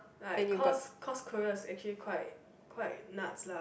like cause cause Korea is actually quite quite nuts lah